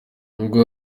nubwo